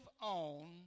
on